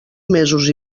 mesos